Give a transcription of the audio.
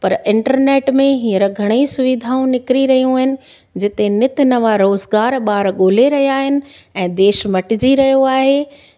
पर इंटरनेट में हीअंर घणा ई सुविधाऊं निकिरी रहियूं आहिनि जिते नीत नवा रोजगार ॿार ॻोल्हे रहिया आहिनि ऐं देश मटिजी रहियो आहे